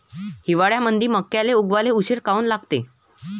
हिवाळ्यामंदी मक्याले उगवाले उशीर काऊन लागते?